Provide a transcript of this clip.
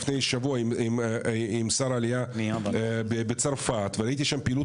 לפני שבוע עם שר העלייה בצרפת וראיתי שם פעילות